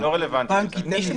זה לא רלוונטי אם הם שמים את הכסף.